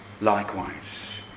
likewise